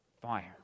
fire